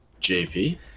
JP